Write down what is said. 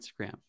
Instagram